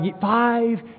five